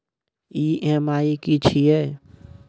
EMI की छिये?